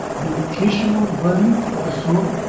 nutritional value for the soul,